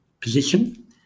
position